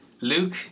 Luke